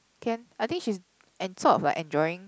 can I think she's en~ sort of like enjoying